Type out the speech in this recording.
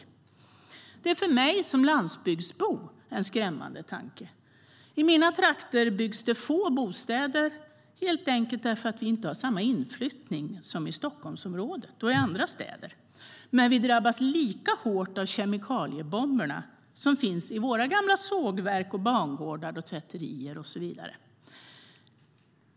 Detta är för mig som landsbygdsbo en skrämmande tanke. I mina trakter byggs det få bostäder, helt enkelt för att vi inte har samma inflyttning som Stockholmsområdet och andra städer. Men vi drabbas lika hårt av kemikaliebomberna som finns i våra gamla sågverk, bangårdar, tvätterier och så vidare.